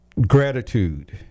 gratitude